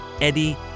Eddie